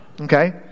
Okay